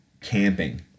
camping